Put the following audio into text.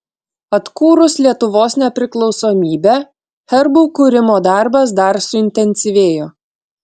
atkūrus lietuvos nepriklausomybę herbų kūrimo darbas dar suintensyvėjo